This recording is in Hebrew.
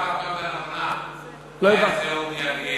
מה יעשה אורי אריאל?